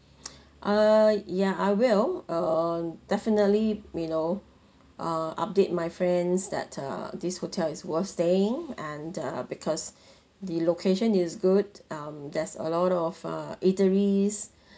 err ya I will err definitely you know ah update my friends that uh this hotel is worth staying and uh because the location is good um there's a lot of uh eateries